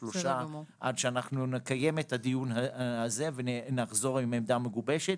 שלושה עד שאנחנו נקיים את הדיון הזה ונחזור עם עמדה מגובשת,